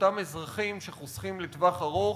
אותם אזרחים שחוסכים לטווח ארוך,